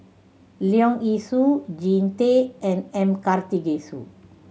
Leong Yee Soo Jean Tay and M Karthigesu